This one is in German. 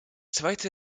zweite